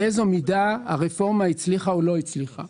באיזו מידה הרפורמה הצליחה או לא הצליחה.